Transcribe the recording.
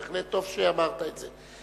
בהחלט טוב שאמרת את זה.